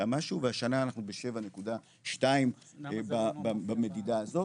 משהו והשנה אנחנו ב- 7.2 במדידה הזאת,